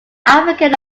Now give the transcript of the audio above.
african